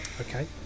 Okay